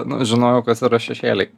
nu žinojau kas yra šešėliai